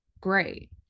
great